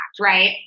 right